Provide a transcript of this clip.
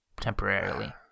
temporarily